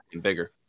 bigger